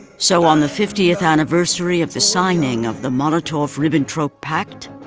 so on the fiftieth anniversary of the signing of the molotov-ribbentrop pact,